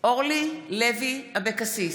מתחייב אני אורלי לוי אבקסיס,